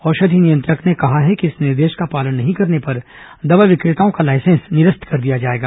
औषधि नियंत्रक ने कहा है कि इस निर्देश का पालन नहीं करने पर दवा विक्रेताओं का लाइसेंस निरस्त कर दिया जाएगा